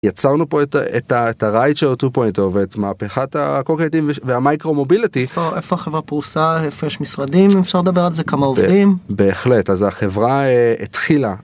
יצרנו פה את הרייט של אותו פוינטר ואת מהפכת הקוקדים והמייקרו מוביליטי. איפה החברה פרוסה איפה יש משרדים אפשר לדבר על זה כמה עובדים. בהחלט אז החברה התחילה.